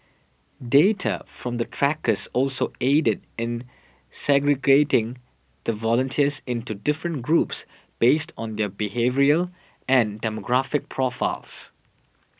data from the trackers also aided in segregating the volunteers into different groups based on their behavioural and demographic profiles